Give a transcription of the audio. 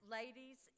ladies